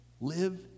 live